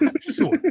Sure